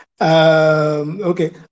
okay